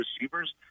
receivers